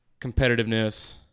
competitiveness